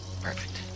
Perfect